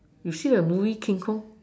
you see the movie King Kong